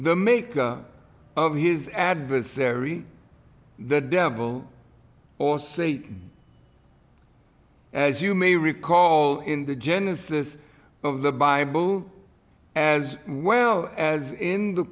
the maker of his adversary the devil or say as you may recall in the genesis of the bible as well as in the